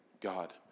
God